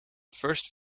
first